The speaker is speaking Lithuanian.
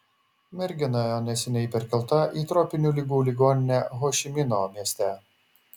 mergina neseniai perkelta į tropinių ligų ligoninę ho ši mino mieste